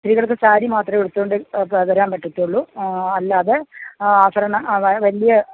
സ്ത്രീകൾക്ക് സാരി മാത്രമേ ഉടുത്തതു കൊണ്ട് വരാൻ പറ്റത്തുള്ളൂ അല്ലാതെ ആഭരണ വലിയ